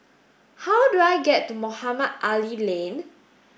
how do I get to Mohamed Ali Lane